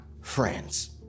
friends